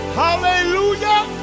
hallelujah